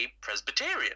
Presbyterian